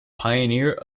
pioneer